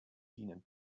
dienen